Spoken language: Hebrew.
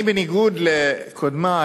אני, בניגוד לקודמי,